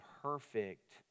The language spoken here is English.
perfect